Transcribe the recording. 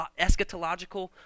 eschatological